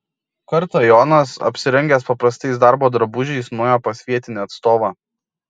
kartą jonas apsirengęs paprastais darbo drabužiais nuėjo pas vietinį atstovą